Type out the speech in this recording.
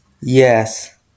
Yes